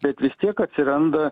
bet vis tiek atsiranda